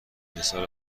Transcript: مثال